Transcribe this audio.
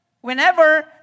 whenever